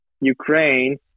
Ukraine